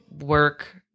work